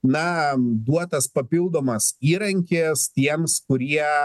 na duotas papildomas įrankis tiems kurie